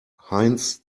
heinz